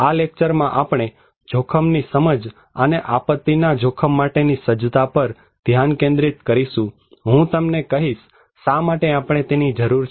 આ લેક્ચરમાં આપણે જોખમની સમજ અને આપત્તિના જોખમ માટેની સજ્જતા પર ધ્યાન કેન્દ્રિત કરીશું હું તમને કહીશ શા માટે આપણે તેની જરૂર છે